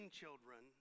children